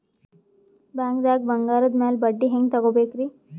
ಬ್ಯಾಂಕ್ದಾಗ ಬಂಗಾರದ್ ಮ್ಯಾಲ್ ಬಡ್ಡಿ ಹೆಂಗ್ ತಗೋಬೇಕ್ರಿ?